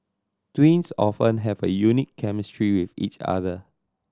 twins often have a unique chemistry with each other